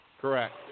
Correct